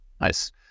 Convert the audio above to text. Nice